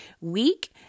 week